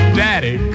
daddy